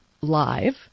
live